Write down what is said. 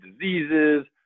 diseases